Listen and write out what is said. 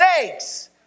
mistakes